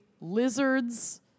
lizards